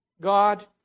God